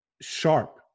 sharp